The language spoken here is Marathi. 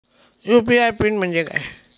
यू.पी.आय पिन म्हणजे काय?